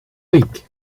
week